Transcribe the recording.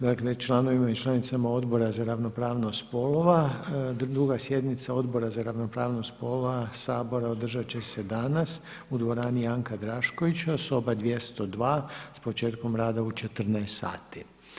Dakle, članovima i članicama Odbora za ravnopravnost poslova druga sjednica Odbora za ravnopravnost spolova Sabora održat će se danas u dvorani Janka Draškovića, soba 202 s početkom rada u 14 sati.